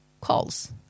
calls